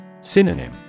Synonym